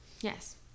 Yes